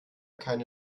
keine